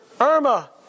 Irma